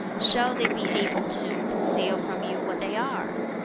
shall they be able to conceal from you what they are?